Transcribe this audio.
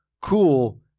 cool